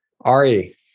Ari